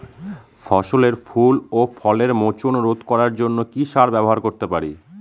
ফসলের ফুল ও ফলের মোচন রোধ করার জন্য কি সার ব্যবহার করতে পারি?